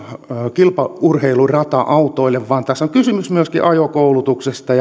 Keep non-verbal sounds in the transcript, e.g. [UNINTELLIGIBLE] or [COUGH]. kilpaurheilurata autoille vaan tässä on kysymys myöskin ajokoulutuksesta [UNINTELLIGIBLE]